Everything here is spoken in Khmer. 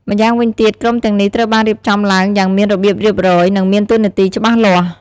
ម្យ៉ាងវិញទៀត ក្រុមទាំងនេះត្រូវបានរៀបចំឡើងយ៉ាងមានរបៀបរៀបរយ និងមានតួនាទីច្បាស់លាស់។